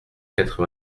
quatre